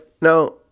now